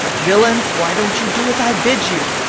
villains! why don't you do as i bid you?